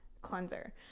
cleanser